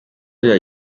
bya